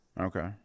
Okay